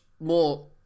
more